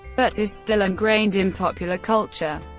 but is still ingrained in popular culture.